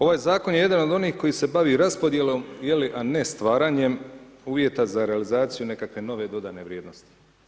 Ovaj zakon je jedan od onih koji se bavi raspodjelom ili ne stvaranjem uvjeta za realizaciju nekakve nove dodane vrijednosti.